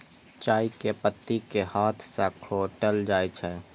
चाय के पत्ती कें हाथ सं खोंटल जाइ छै